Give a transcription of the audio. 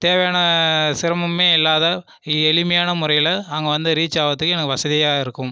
தேவையான சிரமமே இல்லாம எளிமையான முறையில் அங்கே வந்து ரீச் ஆகிறதுக்கு எனக்கு வசதியாக இருக்கும்